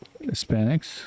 Hispanics